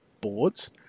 boards